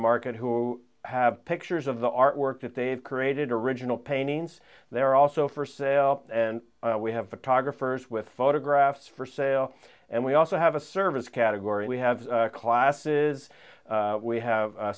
market who have pictures of the artwork that they've created original paintings they're also for sale and we have a tog refers with photographs for sale and we also have a service category we have classes we have